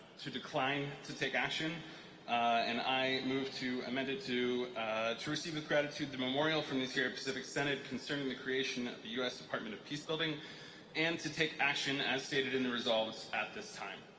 to decline to take action and i move to amend it to to receive with gratitude the memorial from the sierra pacific synod concerning the creation of the u s. department of peacebuilding and to take action as stated in the resolveds at this time.